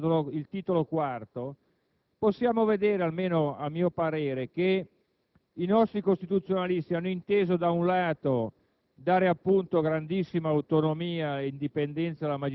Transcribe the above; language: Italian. che a ciascuno fanno comodo. Se leggiamo il Titolo IV, possiamo vedere, almeno a mio parere, che i nostri costituzionalisti hanno inteso, da un lato,